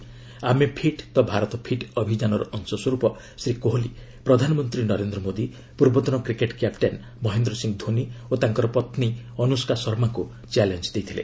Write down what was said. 'ଆମେ ଫିଟ୍ ତ ଭାରତ ଫିଟ୍ ଅଭିଯାନର ଅଶସ୍ୱରୂପ ଶ୍ରୀ କୋହଲି ପ୍ରଧାନମନ୍ତ୍ରୀ ନରେନ୍ଦ୍ର ମୋଦି ପୂର୍ବତନ କ୍ରିକେଟ କ୍ୟାପଟେନ ମହେନ୍ଦ୍ର ସିଂ ଧୋନୀ ଓ ତାଙ୍କର ପତ୍ନୀ ଅନୁଷ୍କା ଶର୍ମାଙ୍କୁ ଚ୍ୟାଲେଞ୍ଜ ଦେଇଥିଲେ